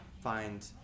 find